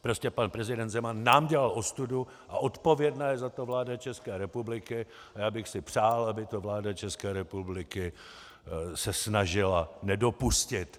Prostě pan prezident Zeman nám dělal ostudu a odpovědná je za to vláda České republiky, a já bych si přál, aby se vláda České republiky snažila nedopustit to.